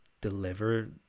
deliver